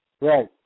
Right